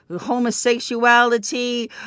homosexuality